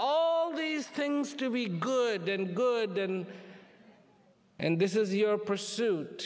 all these things to be good and good then and this is your pursuit